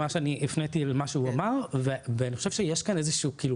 מה שאני הפניתי זה למה שהוא אמר ואני חושב שיש כאן איזה שהוא כאילו